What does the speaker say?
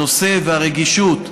הנושא והרגישות,